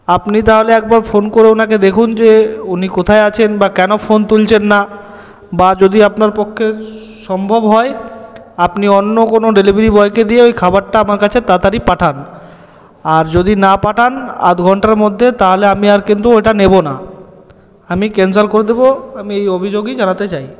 আপনি তাহলে একবার ফোন করে উনাকে দেখুন যে উনি কোথায় আছেন বা কেনো ফোন তুলছেন না বা যদি আপনার পক্ষে সম্ভব হয় আপনি অন্য কোনো ডেলিভারি বয়কে দিয়ে খাবারটা আমার কাছে তাড়াতাড়ি পাঠান আর যদি না পাঠান আধ ঘন্টার মধ্যে তাহলে আমি আর কিন্তু এটা নেবো না আমি ক্যানসেল করে দেব আমি এই অভিযোগই জানাতে চাই